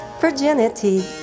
virginity